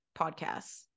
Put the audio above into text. podcasts